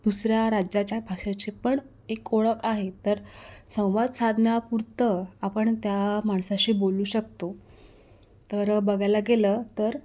दुसऱ्या राज्याच्या भाषाची पण एक ओळख आहे तर संवाद साधण्यापुरतं आपण त्या माणसाशी बोलू शकतो तर बघायला गेलं तर